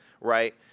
right